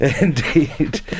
Indeed